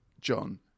John